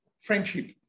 friendship